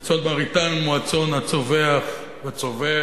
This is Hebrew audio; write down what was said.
וצאן מרעיתם הוא הצאן הצווח והצובא